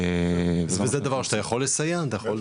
וזה דבר שאתה יכול לסייע בו?